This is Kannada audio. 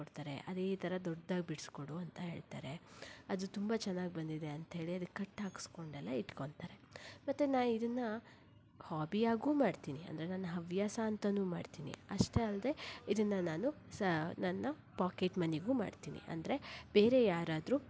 ಕೊಡ್ತಾರೆ ಅದೇ ಥರ ದೊಡ್ಡದಾಗಿ ಬಿಡ್ಸ್ಕೊಡು ಅಂತ ಹೇಳ್ತಾರೆ ಅದು ತುಂಬ ಚೆನ್ನಾಗಿ ಬಂದಿದೆ ಅಂತ್ಹೇಳಿ ಅದ್ಕೆ ಕಟ್ಟು ಹಾಕಿಸ್ಕೊಂಡೆಲ್ಲ ಇಟ್ಕೊತಾರೆ ಮತ್ತು ನಾನು ಇದನ್ನ ಹೊಬ್ಬಿಯಾಗೂ ಮಾಡ್ತೀನಿ ಅಂದರೆ ನನ್ನ ಹವ್ಯಾಸ ಅಂತಲೂ ಮಾಡ್ತೀನಿ ಅಷ್ಟೇ ಅಲ್ಲದೆ ಇದನ್ನು ನಾನು ಸ ನನ್ನ ಪಾಕೆಟ್ ಮನಿಗೂ ಮಾಡ್ತೀನಿ ಅಂದರೆ ಬೇರೆ ಯಾರಾದರೂ